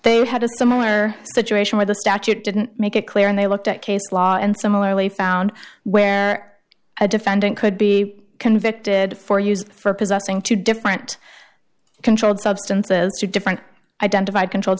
they had a similar situation where the statute didn't make it clear and they looked at case law and similarly found where a defendant could be convicted for use for possessing two different controlled substances two different identified controlled